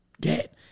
get